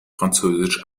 französisch